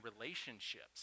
relationships